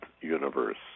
universe